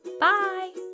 Bye